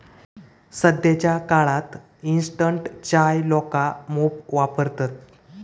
सध्याच्या काळात इंस्टंट चाय लोका मोप वापरतत